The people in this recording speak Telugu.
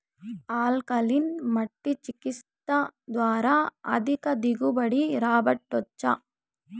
ఆల్కలీన్ మట్టి చికిత్స ద్వారా అధిక దిగుబడి రాబట్టొచ్చా